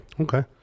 Okay